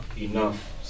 enough